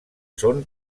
són